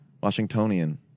Washingtonian